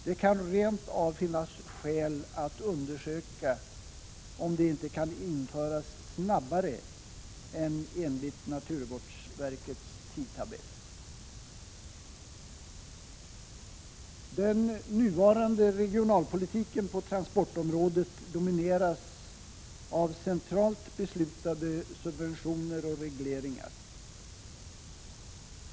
Det kan rent av finnas skäl att undersöka om de inte kan införas snabbare än enligt naturvårdsverkets tidtabell. Den nuvarande regionalpolitiken på transportområdet domineras av centralt beslutade subventioner och regleringar.